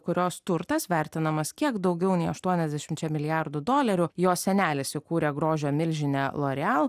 kurios turtas vertinamas kiek daugiau nei aštuoniasdešimčia milijardų dolerių jos senelis įkūrė grožio milžinę loreal